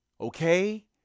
Okay